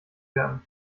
werden